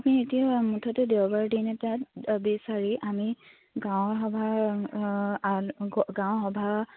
আপুনি এতিয়া মুঠতে দেওবাৰ দিন এটাত বিচাৰি আমি গাঁৱৰ সভা গাঁৱৰ সভা